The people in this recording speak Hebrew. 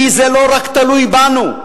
כי זה לא רק תלוי בנו.